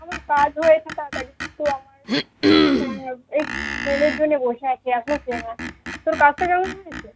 আমার কাজ হয়েছে তাড়াতাড়ি কিন্তু আমার হ্যাঁ এই ট্রেনের জন্যে বসে আছি এখনো ট্রেন আসছে না তোর কাজটা কেমন হয়েছে